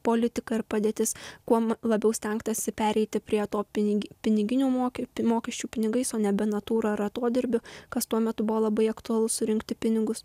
politika ir padėtis kuo labiau stengtasi pereiti prie to pinig piniginių mokes mokesčių pinigais o nebe natūra ar atodirbiu kas tuo metu buvo labai aktualu surinkti pinigus